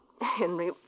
Henry